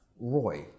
Roy